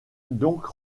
donc